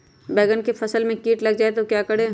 बैंगन की फसल में कीट लग जाए तो क्या करें?